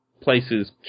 places